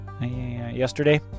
yesterday